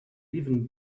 even